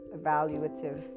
evaluative